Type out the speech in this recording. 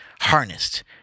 harnessed